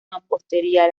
mampostería